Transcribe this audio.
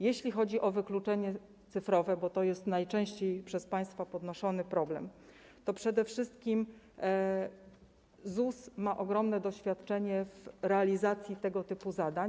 Jeśli chodzi o wykluczenie cyfrowe, bo to jest najczęściej przez państwa podnoszony problem, to przede wszystkim ZUS ma ogromne doświadczenie w realizacji tego typu zadań.